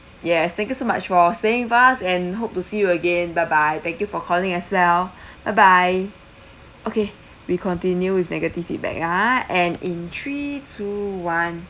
yes thank you so much for staying with us and hope to see you again bye bye thank you for calling as well bye bye okay we continue with negative feedback ah and in three two one